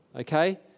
okay